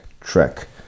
trek